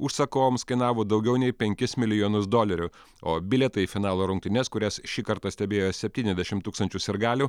užsakovams kainavo daugiau nei penkis milijonus dolerių o bilietai į finalo rungtynes kurias šį kartą stebėjo septyniasdešimt tūkstančių sirgalių